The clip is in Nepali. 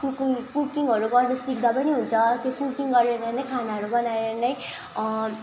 कुक् कुकिङहरू गर्नु सिक्दा पनि हुन्छ त्यो कुकिङ गरेर नै खानाहरू बनाएर नै अँ